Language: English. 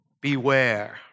Beware